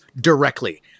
directly